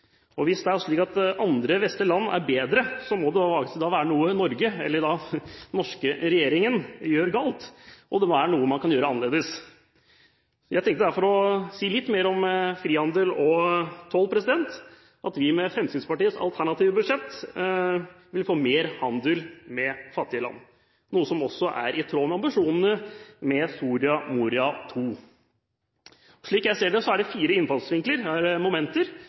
Hvis det er slik at andre vestlige land er bedre, må det være noe Norge – eller den norske regjeringen – gjør galt, og at det er noe man kan gjøre annerledes. Jeg tenkte derfor å si litt mer om frihandel og toll. Vi vil med Fremskrittspartiets alternative budsjett få mer handel med fattige land, noe som også er i tråd med ambisjonene i Soria Moria II. Slik jeg ser det, er det fire